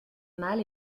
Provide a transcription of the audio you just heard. mal